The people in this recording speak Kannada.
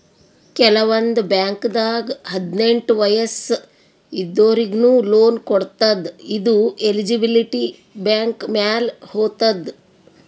ಕೆಲವಂದ್ ಬಾಂಕ್ದಾಗ್ ಹದ್ನೆಂಟ್ ವಯಸ್ಸ್ ಇದ್ದೋರಿಗ್ನು ಲೋನ್ ಕೊಡ್ತದ್ ಇದು ಎಲಿಜಿಬಿಲಿಟಿ ಬ್ಯಾಂಕ್ ಮ್ಯಾಲ್ ಹೊತದ್